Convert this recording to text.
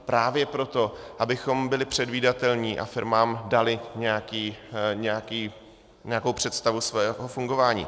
Právě proto, abychom byli předvídatelní a firmám dali nějakou představu svého fungování.